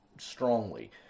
Strongly